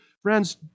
Friends